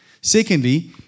Secondly